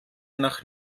nach